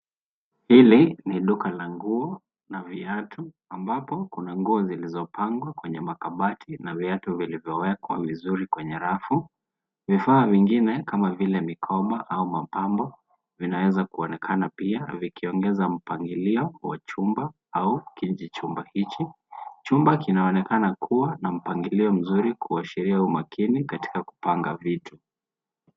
Hili ni duka la nguo na viatu, ambapo kuna nguo zilizopangwa kwenye makabati na viatu vilivyowekwa vzuri kwenye rafu. Vifaa vingine, kama vile mikoba au mapambo, vinaweza kuonekana pia vikiongeza mpangilio wa chumba au kijichumba hichi. Chumba kinaonekana kua na mpangilio, kuashiria umakini katika kupanga vitu.